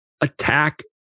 attack